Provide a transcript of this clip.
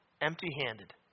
empty-handed